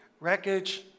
wreckage